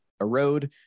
erode